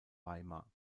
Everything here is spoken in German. weimar